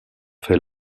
fait